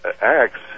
Acts